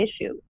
issue